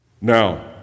Now